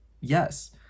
yes